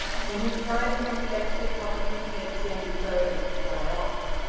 when he tried to reflect, the top of his head seemed as though it would fly off.